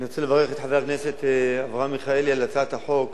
אני רוצה לברך את חבר הכנסת אברהם מיכאלי על הצעת החוק.